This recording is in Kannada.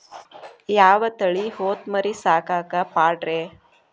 ಯಾವ ತಳಿ ಹೊತಮರಿ ಸಾಕಾಕ ಪಾಡ್ರೇ?